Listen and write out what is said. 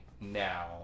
now